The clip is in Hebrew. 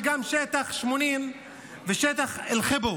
וגם שטח 80 ושטח אל-ח'יבו,